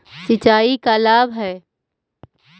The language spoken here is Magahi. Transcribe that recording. सिंचाई का लाभ है?